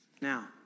Now